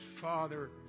Father